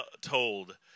told